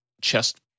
chest